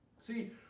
See